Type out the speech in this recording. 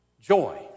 joy